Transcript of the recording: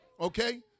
okay